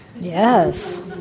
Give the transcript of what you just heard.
Yes